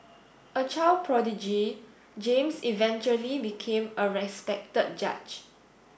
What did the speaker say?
a child prodigy James eventually became a respected judge